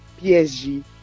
PSG